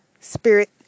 Spirit